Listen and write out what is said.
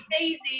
Easy